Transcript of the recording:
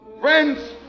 Friends